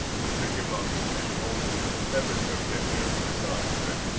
but pick him up and hold him ever-so-gently over the side and say,